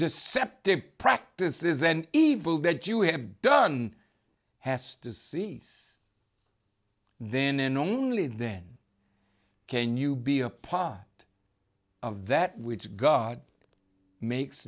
deceptive practices and evil that you have done has to see then and only then can you be a part of that which god makes